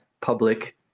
public